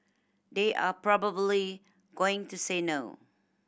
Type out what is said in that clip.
they are probably going to say no